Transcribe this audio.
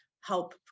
help